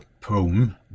poem